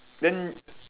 then